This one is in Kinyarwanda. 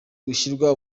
gushyirwa